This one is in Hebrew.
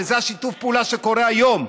שזה שיתוף הפעולה שקורה היום,